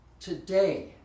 Today